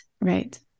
Right